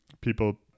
people